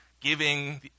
giving